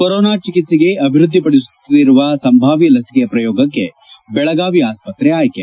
corona ಚಿಕಿತ್ಸೆಗೆ ಅಭಿವೃದ್ದಿಪಡಿಸುತ್ತಿರುವ ಸಂಭಾವ್ಯ ಲಸಿಕೆ ಪ್ರಯೋಗಕ್ಕೆ ಬೆಳಗಾವಿ ಆಸ್ಪತ್ರೆ ಆಯ್ಕೆ